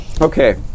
okay